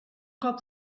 cop